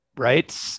Right